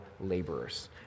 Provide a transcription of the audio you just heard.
laborers